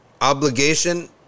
obligation